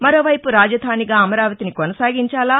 మరోవైపు రాజదానిగా అమరావతిని కొనసాగించాలా